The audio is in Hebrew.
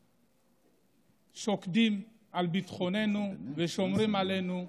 שוקדים על ביטחוננו ושומרים עלינו,